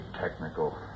technical